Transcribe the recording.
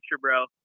bro